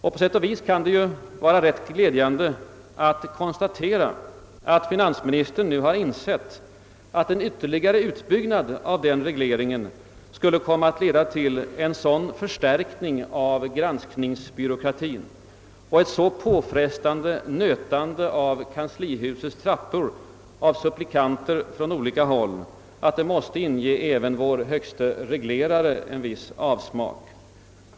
Och på sätt och vis kan det ju vara glädjande att konstatera, att finansministern nu insett att en ytterligare utbyggnad av den regleringen skulle komma att leda till en sådan förstärkning av granskningsbyråkratien och ett så påfrestande nötande av kanslihusets trappor av supplikanter från olika håll, att det måste inge även vår högste reglerare en viss avsmak.